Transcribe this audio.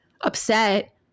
upset